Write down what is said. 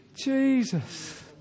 Jesus